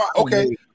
Okay